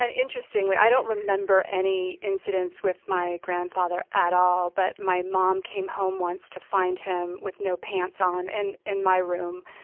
interestingly i don't remember any incidents with my grandfather at all, but my mom came home once to find him with no pants on in and my room.